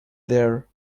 there